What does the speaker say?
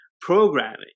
programming